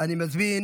אני מזמין